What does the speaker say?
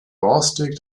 borstig